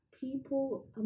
People